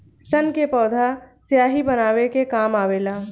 सन के पौधा स्याही बनावे के काम आवेला